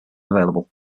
available